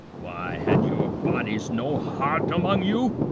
why, had your bodies no heart among you?